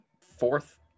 fourth